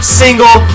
single